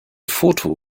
foto